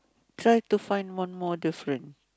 so I have to find one more different